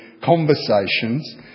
conversations